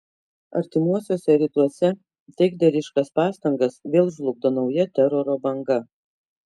artimuosiuose rytuose taikdariškas pastangas vėl žlugdo nauja teroro banga